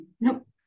Nope